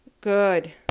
good